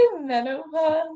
menopause